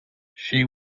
she